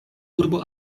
urbo